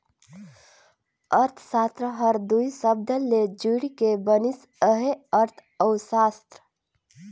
अर्थसास्त्र हर दुई सबद ले जुइड़ के बनिस अहे अर्थ अउ सास्त्र